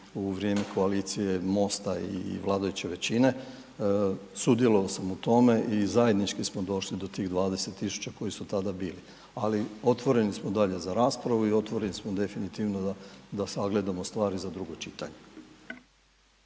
u vrijeme koalicije MOST-a i vladajuće većine, sudjelovao sam u tome i zajednički smo došli do tih 20.000 koji su tada bili, ali otvoreni smo dalje za raspravu i otvoreni smo definitivno da sagledamo stvari za drugo čitanje.